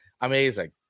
amazing